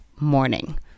morning